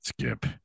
skip